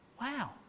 Wow